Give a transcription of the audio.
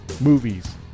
movies